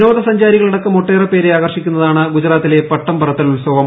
വിദേശ സഞ്ചാരികളടക്കം ഒട്ടേറെ പേരെ ആകർഷിക്കുന്നതാണ് ഗുജറാത്തിലെ പട്ടം പറത്തൽ ഉത്സവം